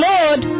Lord